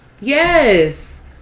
yes